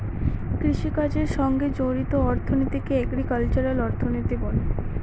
কৃষিকাজের সঙ্গে জড়িত অর্থনীতিকে এগ্রিকালচারাল অর্থনীতি বলে